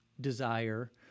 desire